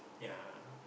yeah